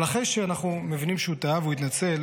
אבל אחרי שאנחנו מבינים שהוא טעה והוא התנצל,